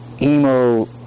emo